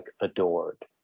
adored